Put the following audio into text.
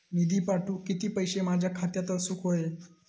निधी पाठवुक किती पैशे माझ्या खात्यात असुक व्हाये?